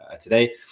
today